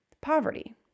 poverty